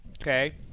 Okay